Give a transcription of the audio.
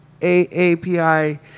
AAPI